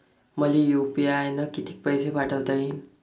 मले यू.पी.आय न किती पैसा पाठवता येईन?